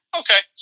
okay